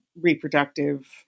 reproductive